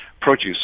produce